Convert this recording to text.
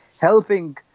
helping